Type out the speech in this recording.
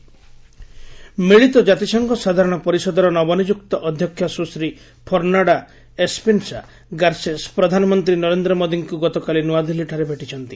PM UNGA ମିଳିତ କ୍ଷାତିସଂଘ ସାଧାରଣ ପରିଷଦର ନବନିଯୁକ୍ତ ଅଧ୍ୟକ୍ଷା ସୁଶ୍ରୀ ଫର୍ଣ୍ଣାଡା ଏସ୍ପିନସା ଗାର୍ସେସ୍ ପ୍ରଧାନମନ୍ତ୍ରୀ ନରେନ୍ଦ୍ର ମୋଦିଙ୍କୁ ଗତକାଲି ନୂଆଦିଲ୍ଲୀଠାରେ ଭେଟିଛନ୍ତି